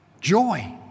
joy